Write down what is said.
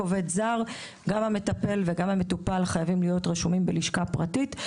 גם המטפל וגם המטופל חייבים להיות רשומים בלשכה פרטית.